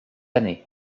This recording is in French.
année